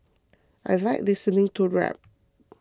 I like listening to rap